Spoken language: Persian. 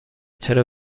چرا